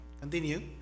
continue